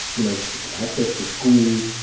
you know so access to schools,